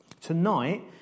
Tonight